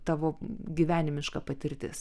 tavo gyvenimiška patirtis